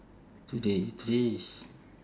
today today is